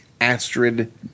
Astrid